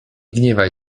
gniewaj